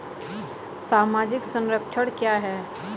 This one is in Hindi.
सामाजिक संरक्षण क्या है?